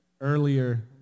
earlier